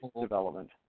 development